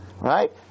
Right